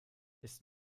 ist